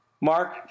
Mark